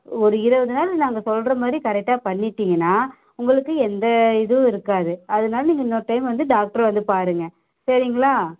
ஒரு இருபது நாள் நாங்கள் சொல்கிற மாதிரி கரெக்டாக பண்ணிடீங்கன்னால் உங்களுக்கு எந்த இதுவும் இருக்காது அதனால் நீங்கள் இன்னொரு டைம் வந்து டாக்டரை வந்து பாருங்கள் சரிங்களா